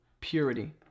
purity